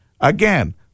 Again